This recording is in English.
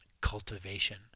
cultivation